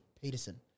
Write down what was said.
Peterson